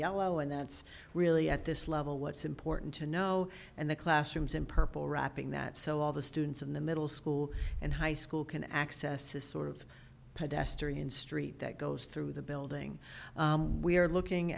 yellow and that's really at this level what's important to know and the classrooms in purple wrapping that so all the students in the middle school and high school can access this sort of pedestrian street that goes through the building we are looking